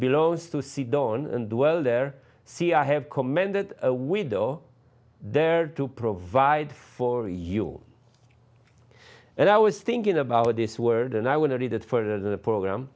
belongs to see don't dwell there see i have commanded a widow there to provide for you and i was thinking about this world and i want to read it for the program